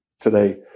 today